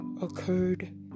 occurred